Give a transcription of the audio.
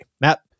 Matt